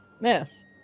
Yes